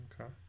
Okay